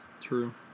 true